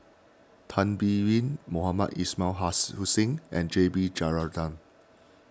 Tan Biyun Mohamed Ismail Hussain and J B Jeyaretnam